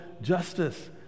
justice